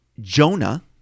jonah